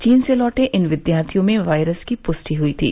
चीन से लौटै इन विद्यार्थियों में वायरस की पुष्टि हुई थी